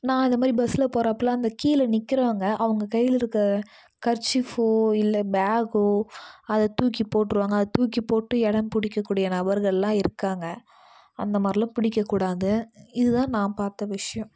நான் இது மாதிரி பஸ்ஸில் போகிறப்பலாம் அந்த கீழே நிக்கிறவங்க அவங்க கையிலருக்க கர்சிஃபோ இல்லை பேக்கோ அதை தூக்கி போட்டுருவாங்க அதை தூக்கி போட்டு இடம் பிடிக்க கூடிய நபர்கள்லாம் இருக்காங்க அந்த மாதிரிலாம் பிடிக்க கூடாது இதுதான் நான் பார்த்த விஷயம்